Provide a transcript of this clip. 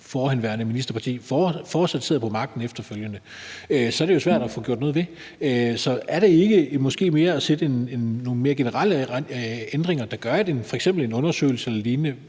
forhenværende ministerparti fortsat sidder på magten. Så er det jo svært at få gjort noget ved det. Så er det måske ikke en fordel at lave nogle mere generelle ændringer, der gør, at f.eks. en undersøgelse eller lignende,